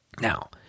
Now